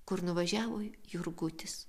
kur nuvažiavo jurgutis